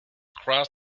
cross